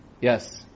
Yes